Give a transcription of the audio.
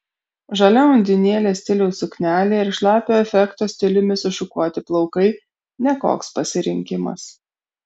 žalia undinėlės stiliaus suknelė ir šlapio efekto stiliumi sušukuoti plaukai ne koks pasirinkimas